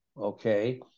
okay